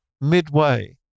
midway